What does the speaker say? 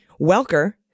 Welker